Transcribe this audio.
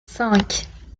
cinq